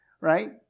right